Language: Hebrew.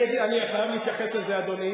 אני חייב להתייחס לזה, אדוני.